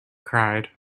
cried